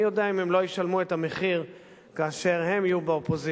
מי יודע אם הם לא ישלמו את המחיר כאשר הם יהיו באופוזיציה.